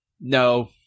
No